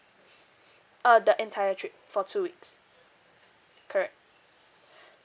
uh the entire trip for two weeks correct